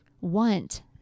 want